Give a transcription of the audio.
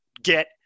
Get